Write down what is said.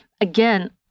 Again